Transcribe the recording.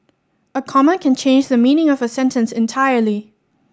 a comma can change the meaning of a sentence entirely